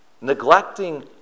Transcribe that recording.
neglecting